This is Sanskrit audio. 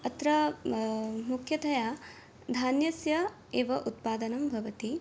अत्र मुख्यतया धान्यस्य एव उत्पादनं भवति